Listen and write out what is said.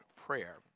prayer